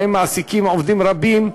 והם מעסיקים עובדים רבים,